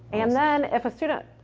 and then if a student,